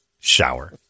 shower